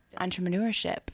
entrepreneurship